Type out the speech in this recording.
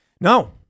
No